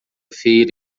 feira